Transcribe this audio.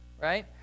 right